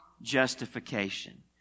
justification